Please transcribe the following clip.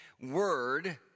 Word